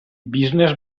business